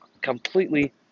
Completely